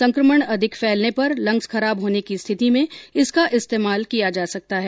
संकमण अधिक फैलने पर लंग्स खराब होने की स्थिति में इसका इस्तेमाल किया जा सकता है